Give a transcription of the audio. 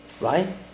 right